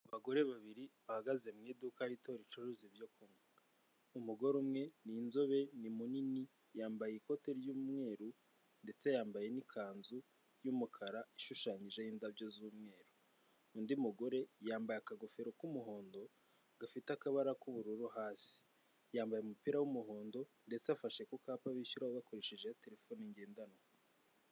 Abagore babiri bahagaze mu iduka rito ricuruza ibyo kunywa, umugore umwe ni inzobe ni munini, yambaye ikote ry'umweru ndetse yambaye n'ikanzu y'umukara ishushanyijeho indabyo z'umweru, undi mugore yambaye akagofero k'umuhondo gafite akabara k'ubururu hasi, yambaye umupira w'umuhondo ndetse afashe ku kapa bishyuraho bakoresheje telefone ngendanwa.